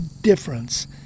difference